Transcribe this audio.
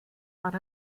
man